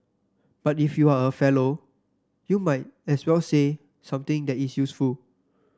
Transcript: but if you are a Fellow you might as well say something that is useful